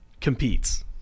competes